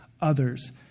others